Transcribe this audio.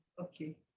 Okay